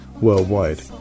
worldwide